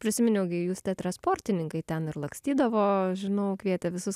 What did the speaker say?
prisiminiau gi jūs teatre sportininkai ten ir lakstydavo žinau kvietė visus